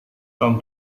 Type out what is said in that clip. tom